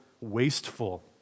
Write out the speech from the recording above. wasteful